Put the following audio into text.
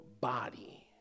body